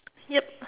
yup